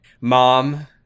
Mom